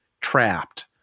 trapped